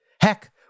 Heck